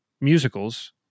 musicals